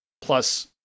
plus